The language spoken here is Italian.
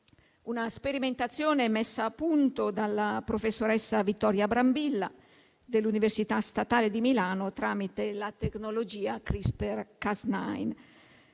una sperimentazione messa a punto dalla professoressa Vittoria Brambilla dell'Università statale di Milano, tramite la tecnologia CRISPR-Cas9.